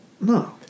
No